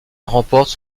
remporte